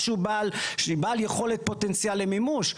משהו בעל יכולת פוטנציאל למימוש.